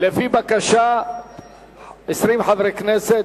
לפי בקשת 20 חברי כנסת,